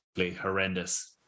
horrendous